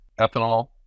Ethanol